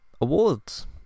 awards